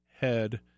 head